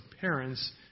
parents